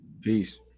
Peace